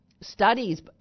Studies